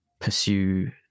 pursue